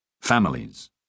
Families